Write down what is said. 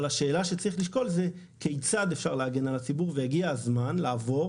אבל השאלה שצריך לשקול זה כיצד אפשר להגן על הציבור והגיע הזמן לעבור